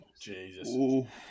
Jesus